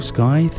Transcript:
Sky